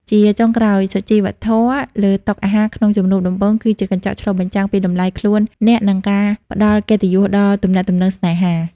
ជាចុងក្រោយ សុជីវធម៌លើតុអាហារក្នុងជំនួបដំបូង គឺជាកញ្ចក់ឆ្លុះបញ្ចាំងពីតម្លៃខ្លួនអ្នក និងការផ្ដល់កិត្តិយសដល់ទំនាក់ទំនងស្នេហា។